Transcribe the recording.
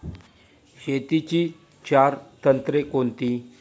शेतीची चार तंत्रे कोणती?